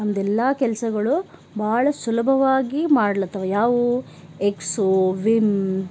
ನಮ್ದೆಲ್ಲ ಕೆಲಸಗಳು ಭಾಳ ಸುಲಭವಾಗಿ ಮಾಡ್ಲಾತ್ತವು ಯಾವುವು ಎಕ್ಸೋ ವಿಮ್